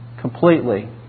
completely